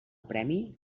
premi